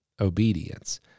obedience